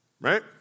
right